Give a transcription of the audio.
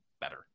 better